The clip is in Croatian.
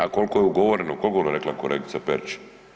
A koliko je ugovoreno, koliko je ono rekla kolegica Perić?